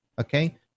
Okay